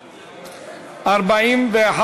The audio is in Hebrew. נתקבלה.